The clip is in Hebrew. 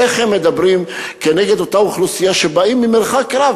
איך הם מדברים כנגד אותה אוכלוסייה שבאה ממרחק רב